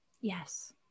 yes